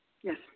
Yes